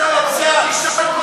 השר.